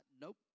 nope